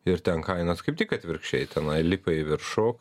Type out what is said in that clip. ir ten kainos kaip tik atvirkščiai tenai lipa į viršų